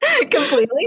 completely